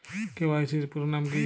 KYC এর পুরোনাম কী?